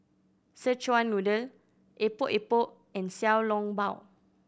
Szechuan Noodle Epok Epok and Xiao Long Bao